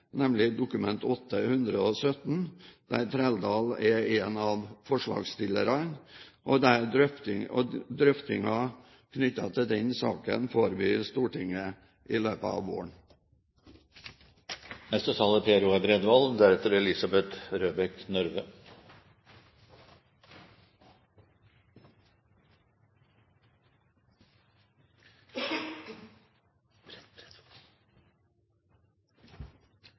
nemlig Dokument 8:117 S, der Trældal er en av forslagsstillerne. Drøftingen knyttet til den saken får vi i Stortinget i løpet av våren.